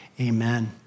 Amen